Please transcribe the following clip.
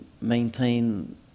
maintain